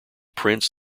prints